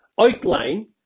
outline